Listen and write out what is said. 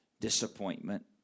Disappointment